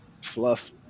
fluff